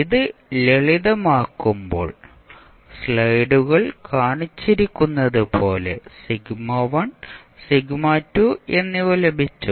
ഇത് ലളിതമാക്കുമ്പോൾ സ്ലൈഡുകളിൽ കാണിച്ചിരിക്കുന്നതുപോലെ എന്നിവ ലഭിച്ചു